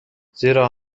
زیرا